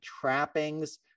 trappings